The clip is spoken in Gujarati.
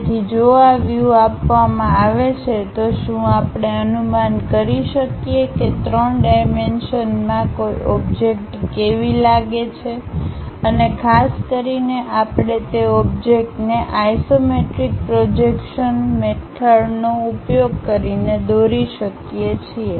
તેથી જો આ વ્યૂ આપવામાં આવે છે તો શું આપણે અનુમાન કરી શકીએ કે ત્રણ ડાઈમેન્શનમાં કોઈ ઓબ્જેક્ટ કેવી લાગે છે અને ખાસ કરીને આપણે તે ઓબ્જેક્ટને આઇસોમેટ્રિક પ્રોજેક્શન પ્રોજેક્શન મેથડનો ઉપયોગ કરીને દોરી શકીએ છીએ